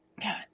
God